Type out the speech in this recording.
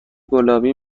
گلابی